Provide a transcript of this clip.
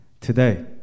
Today